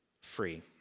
free